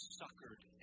suckered